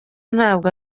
ntabwo